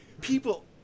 people